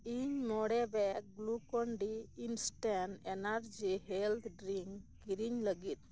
ᱤᱧ ᱢᱚᱬᱮ bag Glucon D instant energy health drink ᱠᱤᱨᱤᱧ ᱞᱟᱹᱜᱤᱫ